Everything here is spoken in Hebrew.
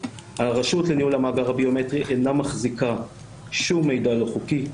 הרשות לניהול המאגר הביומטרי אינה מחזיקה שום מידע לא חוקי,